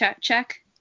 check